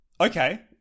Okay